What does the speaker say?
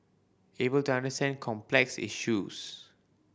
able to understand complex issues